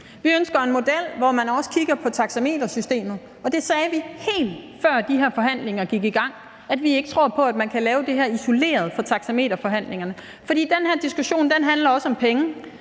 Vi ønsker en model, hvor man også kigger på taxametersystemet, og det sagde vi faktisk, før de her forhandlinger gik i gang – at vi ikke tror på, at man kan lave det her isoleret fra taxameterforhandlingerne. For den her diskussion handler også om penge;